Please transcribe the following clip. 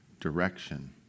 Direction